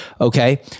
Okay